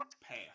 path